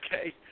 Okay